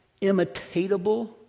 imitatable